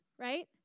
right